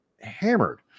hammered